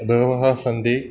बहवः सन्ति